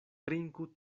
trinku